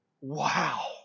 Wow